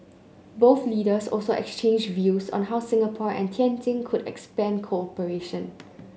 both leaders also exchanged views on how Singapore and Tianjin could expand cooperation